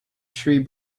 tree